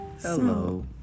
Hello